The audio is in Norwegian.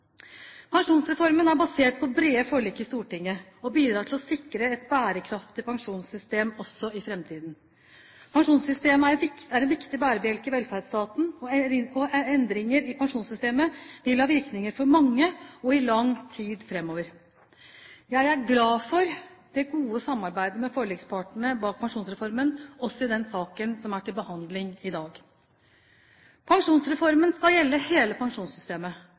Pensjonsreformen er basert på brede forlik i Stortinget og bidrar til å sikre et bærekraftig pensjonssystem også i framtiden. Pensjonssystemet er en viktig bærebjelke i velferdsstaten, og endringer i pensjonssystemet vil ha virkninger for mange og i lang tid framover. Jeg er glad for det gode samarbeidet med forlikspartnerne bak pensjonsreformen også i den saken som er til behandling i dag. Pensjonsreformen skal gjelde hele pensjonssystemet.